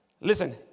Listen